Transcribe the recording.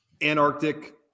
Antarctic